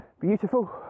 beautiful